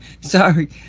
Sorry